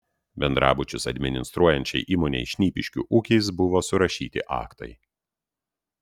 bendrabučius administruojančiai įmonei šnipiškių ūkis buvo surašyti aktai